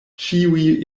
ĉiuj